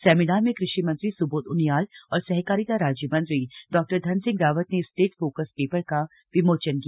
seminar में कृषि मंत्री सुबोध उनियाल और सहकारिता राज्य मंत्री डॉ धन सिंह रावत ने स्टेट फोकस पेपर का विमोचन किया